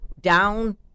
down